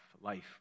life